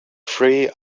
free